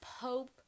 Pope